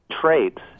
traits